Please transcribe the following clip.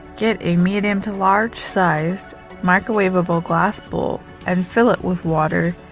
get a medium to large-sized microwavable glass bowl and fill it with water.